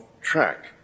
track